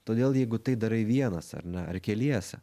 todėl jeigu tai darai vienas ar ne ar keliese